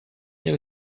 new